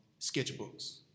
sketchbooks